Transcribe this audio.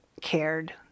cared